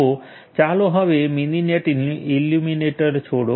તો ચાલો હવે મિનિનેટ ઇમ્યુલેટર છોડો